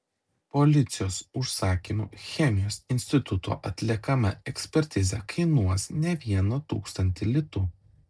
policijos užsakymu chemijos instituto atliekama ekspertizė kainuos ne vieną tūkstantį litų